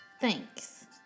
Thanks